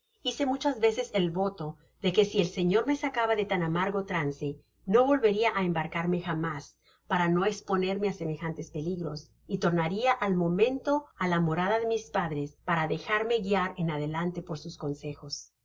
hice muchas veces el voto de que si el señor me sacaba de tan amargo trance no volveria á embarcarme jamás para no esponerme á semejantes peligros y tornarla al momento á la morada de mis padres para dejarme guiar en adelante por sus consejos